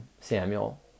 Samuel